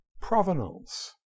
Provenance